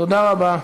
תודה רבה.